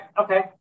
Okay